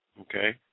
Okay